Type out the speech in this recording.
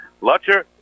Lutcher